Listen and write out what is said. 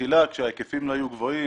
בתחילה כאשר ההיקפים לא היו גבוהים,